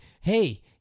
hey